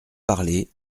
parler